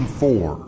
four